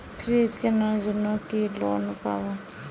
Fridge কেনার জন্য কি লোন পাব?